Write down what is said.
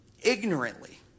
Ignorantly